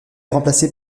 remplacé